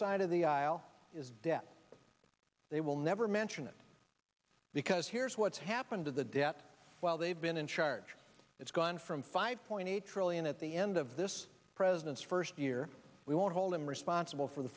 side of the aisle is that they will never mention it because here's what's happened to the debt while they've been in charge it's gone from five point eight trillion at the end of this president's first year we won't hold him responsible for the